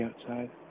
outside